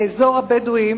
באזור הבדואים,